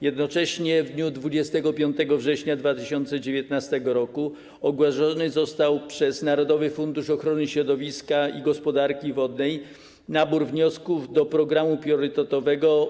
Jednocześnie w dniu 25 września 2019 r. ogłoszony został przez Narodowy Fundusz Ochrony Środowiska i Gospodarki Wodnej nabór wniosków do programu priorytetowego: